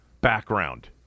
background